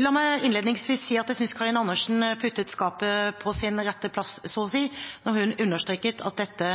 La meg innledningsvis si at jeg synes Karin Andersen så å si satte skapet på sin rette plass da hun understreket at dette